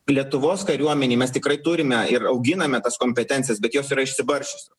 lietuvos kariuomenėj mes tikrai turime ir auginame tas kompetencijas bet jos yra išsibarsčiusios